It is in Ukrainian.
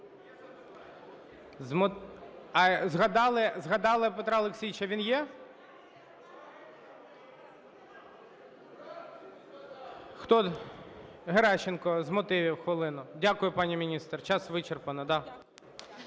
Згадали Петра Олексійовича. Він є? Хто… Геращенко, з мотивів, хвилину. Дякую, пані міністр. Час вичерпано.